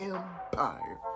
Empire